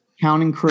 Counting